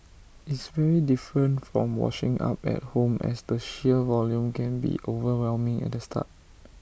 it's very different from washing up at home as the sheer volume can be overwhelming at the start